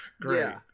great